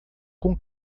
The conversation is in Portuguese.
com